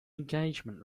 engagement